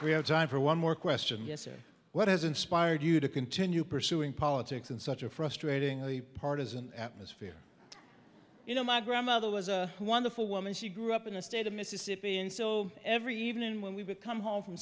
time for one more question yes or what has inspired you to continue pursuing politics in such a frustratingly partisan atmosphere you know my grandmother was a wonderful woman she grew up in the state of mississippi and so every evening when we would come home from